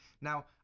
Now